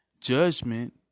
judgment